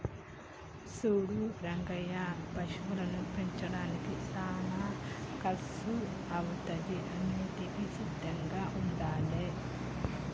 సూడు రంగయ్య పశువులను పెంచడానికి సానా కర్సు అవుతాది అన్నింటికీ సిద్ధంగా ఉండాలే